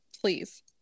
Please